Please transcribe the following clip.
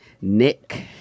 Nick